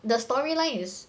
the storyline is